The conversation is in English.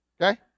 Okay